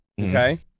Okay